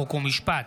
חוק ומשפט.